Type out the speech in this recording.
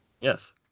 Yes